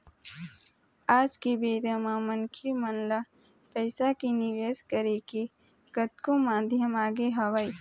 आज के बेरा म मनखे मन ल पइसा के निवेश करे के कतको माध्यम आगे हवय